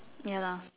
ya lah